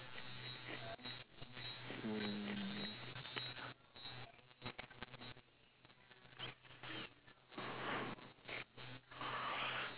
mm